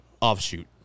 offshoot